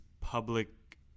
public